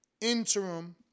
interim